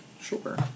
Sure